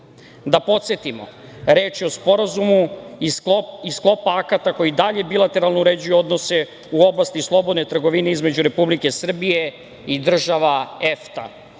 podsetimo, reč je o sporazumu iz sklopa akata koji dalje bilateralno uređuju odnose u oblasti slobodne trgovine između Republike Srbije i država EFTA,